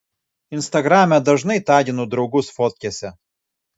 instagrame dažnai taginu draugus fotkėse